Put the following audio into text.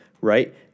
right